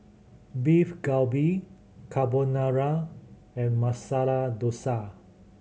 Beef Galbi Carbonara and Masala Dosa